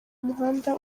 umuhanda